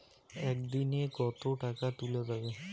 একদিন এ কতো টাকা তুলা যাবে?